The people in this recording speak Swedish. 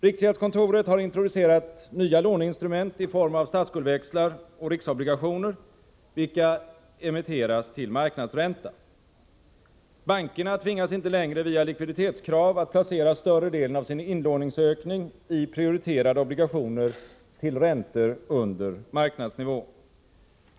Riksgäldskontoret har introducerat nya låneinstrument i form av statsskuldsväxlar och riksobligationer, vilka emitteras till marknadsränta. Bankerna tvingas inte längre via likviditetskrav att placera större delen av sin inlåningsökning i prioriterade obligationer till räntor under marknadsnivå.